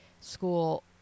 school